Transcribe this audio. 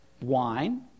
wine